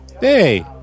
Hey